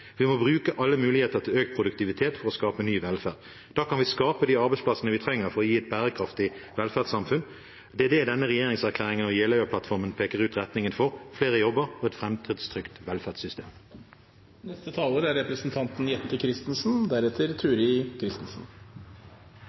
Vi må bruke alle muligheter til økt produktivitet for å skape ny velferd. Da kan vi skape de arbeidsplassene vi trenger for å gi et bærekraftig velferdssamfunn. Det peker denne regjeringserklæringen, Jeløya-plattformen, ut retningen for: flere jobber og et framtidstrygt velferdssystem. Jeg tegnet meg under representanten Christian Tybring-Gjeddes innlegg. Jeg gjorde det fordi han fortalte hva som er